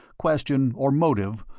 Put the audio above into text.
question, or motive,